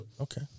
Okay